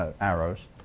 arrows